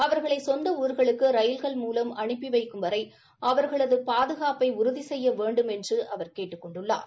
அவர்களை சொந்த ஊ்களுக்கு ரயில்கள் மூலம் அனுப்பி வைக்கும் வரை அவர்களை பாதுகாப்பை உறுதி செய்ய வேண்டுமென்று அவர் கேட்டுக் கொண்டுள்ளார்